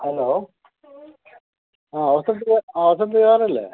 hello ആ വാസന്ത് വിഹാർ വാസന്ത് വിഹാർ അല്ലേ